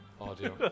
audio